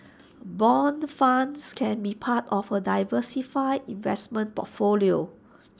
Bond funds can be part of A diversified investment portfolio